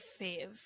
fave